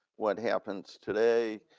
what happens today,